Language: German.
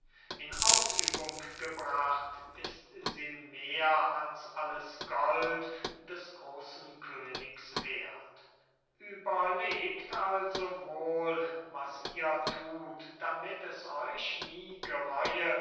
in ausübung gebracht ist sie mehr als alles gold des großen königs werth überlegt also wohl was ihr thut damit es euch nie gereue